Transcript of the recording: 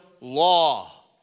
law